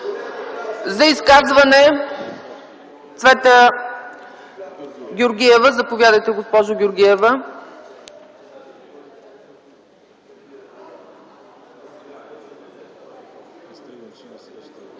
За изказване – Цвета Георгиева. Заповядайте, госпожо Георгиева.